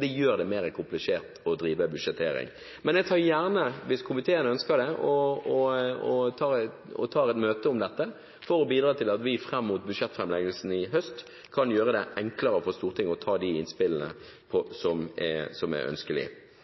det gjør det mer komplisert å drive med budsjettering. Men jeg tar gjerne – hvis komiteen ønsker det – et møte om dette for å bidra til at vi fram mot budsjettframleggelsen i høst kan gjøre det enklere for Stortinget å ta de innspillene som er ønskelige. Så er spørsmålet om vi tar de grepene som er